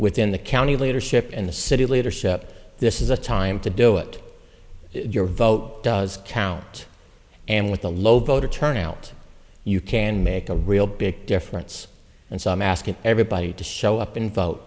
within the county leadership in the city leadership this is a time to do it your vote doesn't count and with the low voter turnout you can make a real big difference and some asking everybody to show up